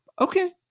okay